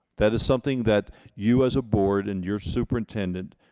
that is something that you as a board, and your superintendent,